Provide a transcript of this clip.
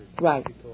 Right